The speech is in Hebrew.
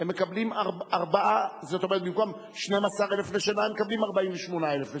במקום 12,000 לשנה הם מקבלים 48,000 לשנה.